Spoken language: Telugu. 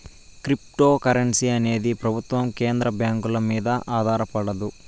క్రిప్తోకరెన్సీ అనేది ప్రభుత్వం కేంద్ర బ్యాంకుల మీద ఆధారపడదు